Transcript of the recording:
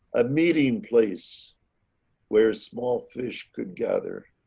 a meeting place where small fish could gather.